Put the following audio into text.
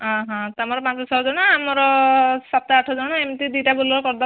ତମର ପାଞ୍ଚ ଛଅଜଣ ଆମର ସାତ ଆଠଜଣ ଏମିତି ଦିଟା ବୋଲେରୋ କରିଦେବା ଆଉ